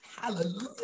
hallelujah